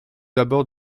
d’abord